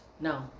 No